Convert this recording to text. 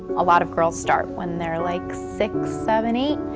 a lot of girls start when they're like six, seven, eight,